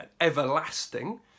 everlasting